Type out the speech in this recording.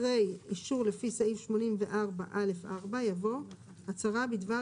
אחרי אישור לפי סעיף 84 א' 4. יבוא הצהרה בדבר